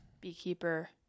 beekeeper